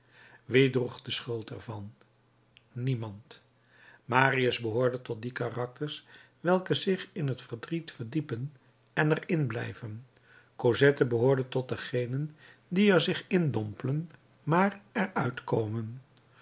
wie droeg de schuld er van niemand marius behoorde tot die karakters welke zich in het verdriet verdiepen en er in blijven cosette behoorde tot degenen die er zich in dompelen maar er